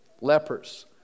Lepers